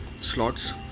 slots